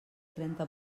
trenta